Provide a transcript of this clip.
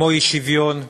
כמו אי-שוויון,